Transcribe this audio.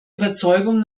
überzeugung